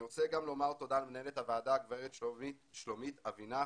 אני רוצה גם לומר תודה למנהלת הוועדה הגברת שלומית אבינח